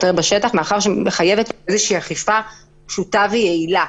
מאחר שהיא מחייבת איזושהי אכיפה פשוטה ויעילה.